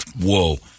Whoa